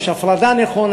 יש הפרדה נכונה,